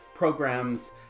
programs